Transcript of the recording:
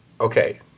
okay